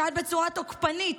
שאת בצורה תוקפנית,